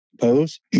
pose